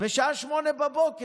בשעה 08:00,